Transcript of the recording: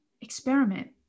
Experiment